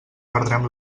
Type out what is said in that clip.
perdrem